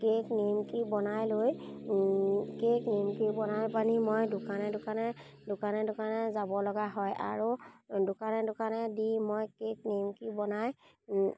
cake নিমকি বনাই লৈ কেক নিমকি বনাই পানী মই দোকানে দোকানে দোকানে দোকানে যাব লগা হয় আৰু দোকানে দোকানে দি মই কেক নিমকি বনাই